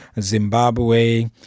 Zimbabwe